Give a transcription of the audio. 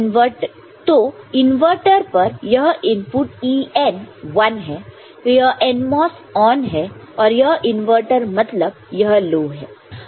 तो इनवर्टर पर यह इनपुट EN 1 है तो यह NMOS ऑन है और यह इनवर्टर मतलब यह लो है